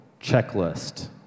checklist